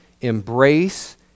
embrace